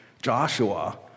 Joshua